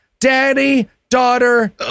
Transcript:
daddy-daughter